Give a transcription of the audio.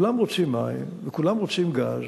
כולם רוצים מים, וכולם רוצים גז,